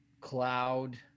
Cloud